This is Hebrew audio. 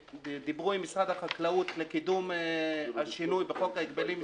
כשדיברו עם משרד החקלאות לקידום השינוי בחוק ההגבלים העסקיים,